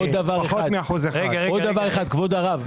אני